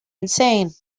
insane